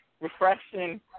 refreshing